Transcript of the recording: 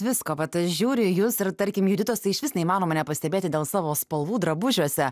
visko vat žiūri į jus ir tarkim juditos tai išvis neįmanoma nepastebėti dėl savo spalvų drabužiuose